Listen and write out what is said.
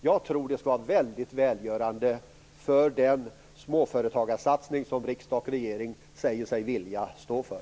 Jag tror att det skulle vara väldigt välgörande för den småföretagarsatsning som riksdag och regering säger sig vilja stå för.